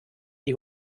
die